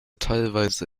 teilweise